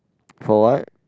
for what